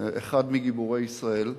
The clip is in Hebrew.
אחד מגיבורי ישראל.